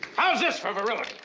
how is this for virility?